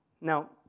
now